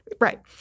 Right